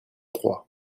trois